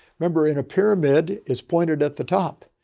remember and a pyramid is pointed at the top,